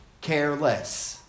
careless